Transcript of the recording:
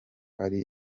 ari